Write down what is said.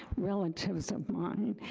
relatives of mine,